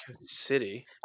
City